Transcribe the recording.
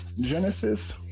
Genesis